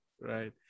Right